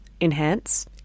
enhance